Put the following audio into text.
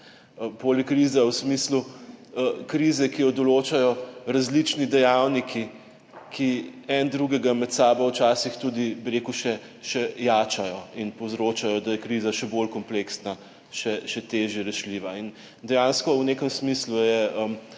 Polikriza v smislu krize, ki jo določajo različni dejavniki, ki en drugega med sabo včasih tudi še jačajo in povzročajo, da je kriza še bolj kompleksna, še težje rešljiva. Dejansko je v nekem smislu